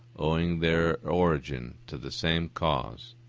owing their origin to the same cause,